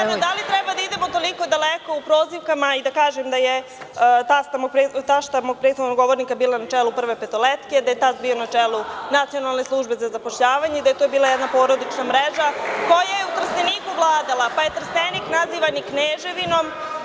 Mislim stvarno, da li treba da idemo toliko daleko u prozivkama i da kažem da je tašta mog prethodnog govornika bila na čelu “Prve petoletke“, da je tast bio na čelu Nacionalne službe za zapošljavanje, da je to bila jedna porodična mreža koja je u Trsteniku vladala, pa je Trstenik nazivan i kneževinom?